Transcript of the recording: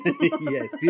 yes